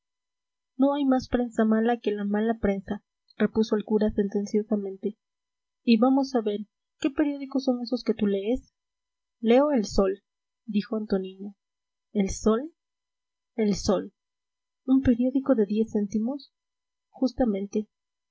no hay más prensa mala que la mala prensa repuso el cura sentenciosamente y vamos a ver qué periódicos son esos que tú lees leo el sol dijo antoniño el sol el sol un periódico de diez céntimos justamente